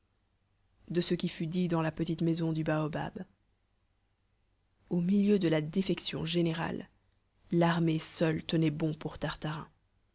de ce qui fut dit dans la petite maison du baobab au milieu de la défection générale l'armée seule tenait bon pour tartarin